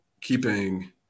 keeping